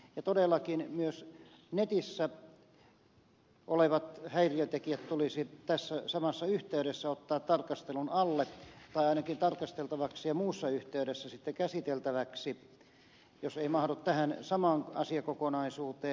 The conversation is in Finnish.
ja todellakin myös netissä olevat häiriötekijät tulisi tässä samassa yhteydessä ottaa tarkastelun alle tai ainakin tarkasteltavaksi ja muussa yhteydessä sitten käsiteltäväksi jos ei mahdu tähän samaan asiakokonaisuuteen